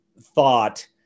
thought